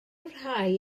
rhai